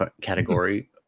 category